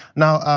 now,